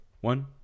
One